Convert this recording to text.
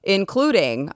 including